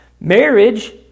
Marriage